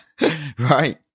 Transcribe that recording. Right